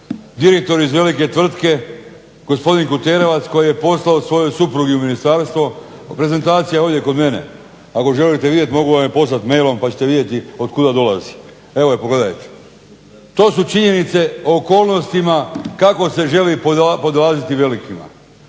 direktor iz velike tvrtke gospodin Kuterovac koji je poslao svojoj supruzi u ministarstvo prezentacija je ovdje kod mene. Ako je želite vidjeti mogu vam je poslat mailom pa ćete vidjeti od kuda dolazi. Evo je pogledajte. To su činjenice o okolnostima kako se želi podlaziti velikima.